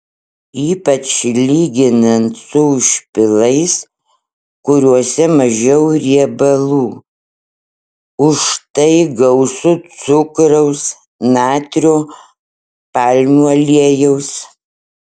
ypač lyginant su užpilais kuriuose mažiau riebalų užtai gausu cukraus natrio palmių aliejaus